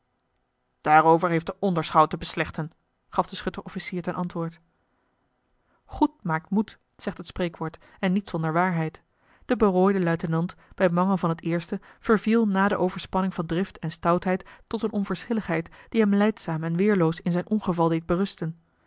daarover heeft de onderschout te beslechten gaf de schutterofficier ten antwoord goed maakt moed zegt het spreekwoord en niet zonder waarheid de berooide luitenant bij mangel van het eerste verviel na de overspanning van drift en stoutheid tot eene on verschilligheid die hem lijdzaam en weêrloos in zijn ongeval deed berusten